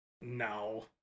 No